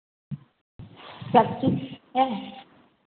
सब्ज़ी है